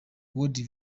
world